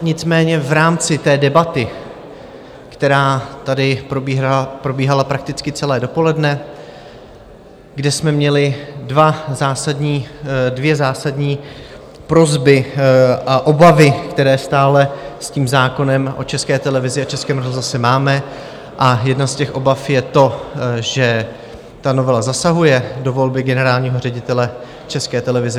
Nicméně v rámci debaty, která tady probíhala prakticky celé dopoledne, kde jsme měli dvě zásadní prosby a obavy, které stále se zákonem o České televizi a Českém rozhlase máme, a jedna z těch obav je to, že ta novela zasahuje do volby generálního ředitele České televize.